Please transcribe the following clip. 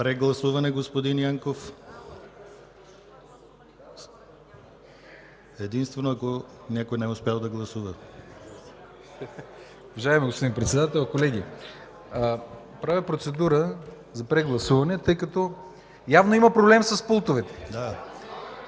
Прегласуване – господин Янков, единствено, ако някой не е успял да гласува. КРАСИМИР ЯНКОВ (БСП ЛБ): Уважаеми господин Председател, колеги! Правя процедура за прегласуване, тъй като явно има проблем с пултовете.